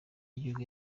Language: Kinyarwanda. y’igihugu